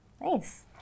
Nice